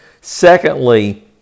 Secondly